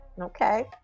Okay